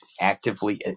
actively